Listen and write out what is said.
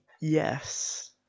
yes